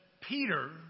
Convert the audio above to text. Peter